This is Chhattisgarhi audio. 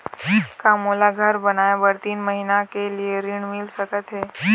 का मोला घर बनाए बर तीन महीना के लिए ऋण मिल सकत हे?